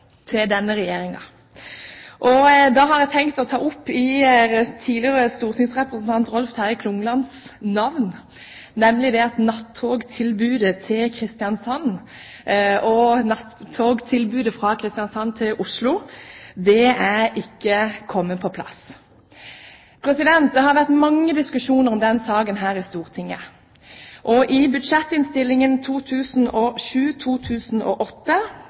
til denne regjeringen. Da har jeg tenkt å trekke inn tidligere stortingsrepresentant Rolf Terje Klunglands navn i forbindelse med nattogtilbudet til Kristiansand. Nattogtilbudet fra Kristiansand til Oslo er ikke kommet på plass. Det har vært mange diskusjoner om denne saken her i Stortinget. I Budsjett-innst. S. I